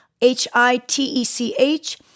h-i-t-e-c-h